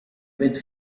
with